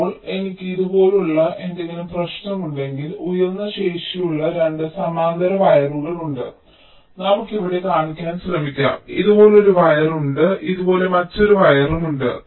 ഇപ്പോൾ എനിക്ക് ഇതുപോലുള്ള എന്തെങ്കിലും പ്രശ്നമുണ്ടെങ്കിൽ ഉയർന്ന ശേഷിയുള്ള 2 സമാന്തര വയറുകൾ ഉണ്ട് നമുക്ക് ഇവിടെ കാണിക്കാൻ ശ്രമിക്കാം ഇതുപോലൊരു വയർ ഉണ്ട് ഇതുപോലെ മറ്റൊരു വയർ ഉണ്ട്